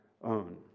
own